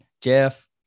Jeff